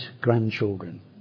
grandchildren